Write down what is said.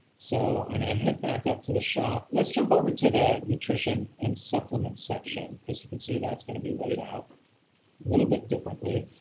so i'm going to head back up to the shop. let's jump over to the nutrition and supplements section. as you can see, that's going to be laid out a little bit differently.